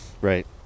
Right